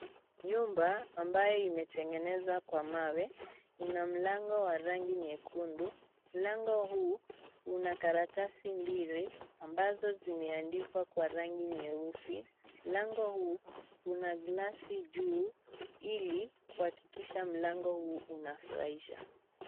Nyumba ambayo imetengenezwa Kwa mawe, ina mlango wa rangi nyekundu , lango huu. Kuna karatasi mbili ambazo zimeandikwa Kwa rangi nyeusi. Lango huu kuna glasi juu ili kuhakikisha mlango huu unafurahisha.